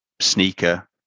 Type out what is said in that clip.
sneaker